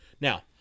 Now